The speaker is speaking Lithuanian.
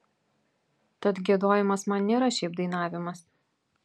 tad giedojimas man nėra šiaip dainavimas